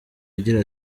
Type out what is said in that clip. agira